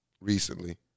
recently